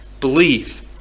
believe